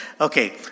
Okay